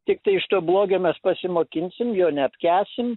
tiktai iš to blogio mes pasimokinsim jo neapkęsim